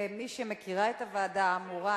כמי שמכירה את הוועדה האמורה,